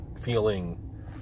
feeling